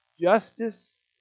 justice